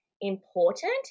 important